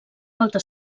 volta